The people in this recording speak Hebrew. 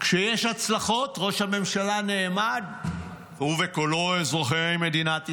כשיש הצלחות ראש הממשלה נעמד ובקולו: "אזרחי מדינת ישראל"